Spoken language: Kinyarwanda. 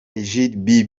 egidie